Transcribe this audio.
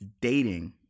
Dating